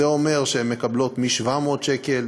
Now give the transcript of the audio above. זה אומר שהן מקבלות מ-700 שקל,